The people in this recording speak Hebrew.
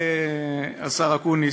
השר אקוניס,